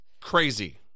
crazy